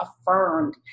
affirmed